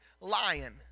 lion